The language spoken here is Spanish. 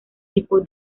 tipo